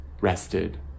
rested